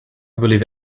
believe